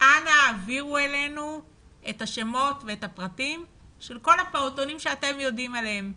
שיעבירו אליכם את שמות והפרטים של כל הפעוטונים שהם יודעים עליהם.